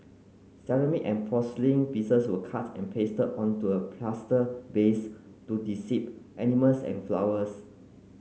ceramic and porcelain pieces were cut and pasted onto a plaster base to animals and flowers